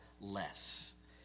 less